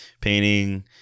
Painting